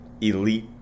elite